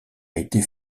été